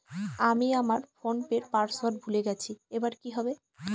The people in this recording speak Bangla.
আমি আমার ফোনপের পাসওয়ার্ড ভুলে গেছি এবার কি হবে?